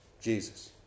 Jesus